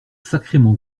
sacrément